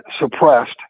suppressed